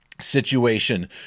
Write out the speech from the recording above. situation